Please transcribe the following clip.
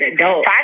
adult